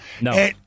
No